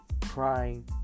crying